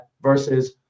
versus